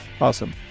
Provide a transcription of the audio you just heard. Awesome